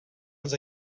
els